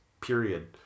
period